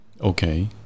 Okay